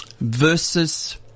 versus